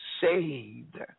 saved